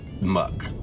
muck